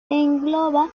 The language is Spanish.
engloba